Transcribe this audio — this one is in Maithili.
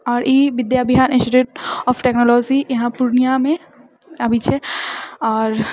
आओर ई बिद्याबिहार इन्स्टिच्युट ऑफ टेक्नोलॉजी इहाँ पूर्णियामे अभी छै आओर